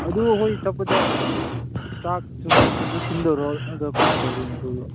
ꯑꯗꯨ ꯑꯩꯈꯣꯏ ꯆꯠꯄꯗ ꯆꯥꯛ ꯁꯨꯝꯗꯨ ꯁꯤꯟꯗꯣꯏꯔꯣ ꯑꯗꯣ ꯀꯃꯥꯏꯅ ꯇꯧꯗꯣꯏꯅꯣ ꯑꯗꯨꯗꯣ